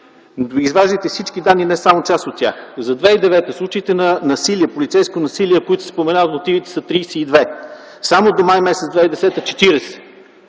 Изваждайте всички данни, не само част от тях. За 2009 г. случаите на полицейско насилие, които се споменават в мотивите, са 32. Само до м. май 2010 г. – 40.